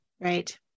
Right